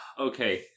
Okay